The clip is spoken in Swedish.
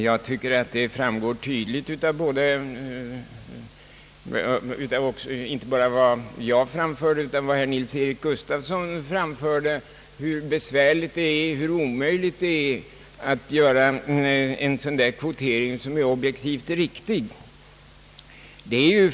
Jag tycker det framgår tydligt, inte bara av vad jag anförde utan också av vad herr Nils-Eric Gustafsson anfört, hur besvärligt — för att inte säga omöjligt — det är att göra en sådan kvotering som är objektivt riktig.